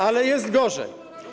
Ale jest gorzej.